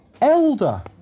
elder